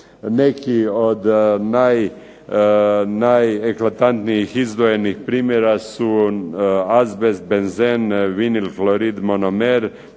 Neki od najeklatantnijih izdvojenih primjera su azbest, benzen, vinilklorid, monomer,